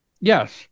Yes